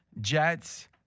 Jets